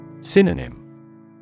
Synonym